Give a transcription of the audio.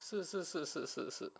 是是是是是